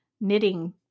knitting